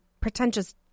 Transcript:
pretentious